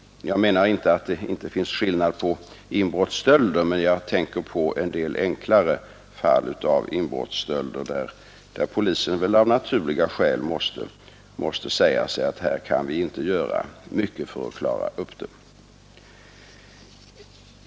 Jag menar inte att det inte finns skillnad på inbrottsstölder, men jag tänker på en del enklare fall av inbrottsstölder, där polisen av naturliga skäl måste säga sig att man inte kan göra mycket för att klara upp dem.